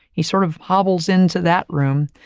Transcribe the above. he sort of, hobbles into that room,